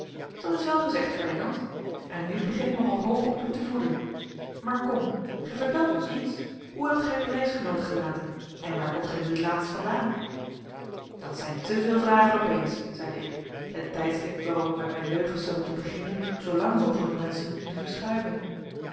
dat is wel gezegd ferdinand en nu begin ik nogal hoop op u te voeden maar kom gij vertelt ons niets hoe hebt gij uw reisgenoot gelaten en waar komt gij nu het laatst vandaan dat zijn te veel vragen opeens zeide ik het tijdstip waarop ik met mijn leugens zou moeten beginnen zoolang mogelijk wenschende te verschuiven